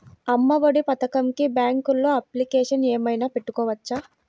అమ్మ ఒడి పథకంకి బ్యాంకులో అప్లికేషన్ ఏమైనా పెట్టుకోవచ్చా?